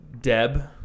Deb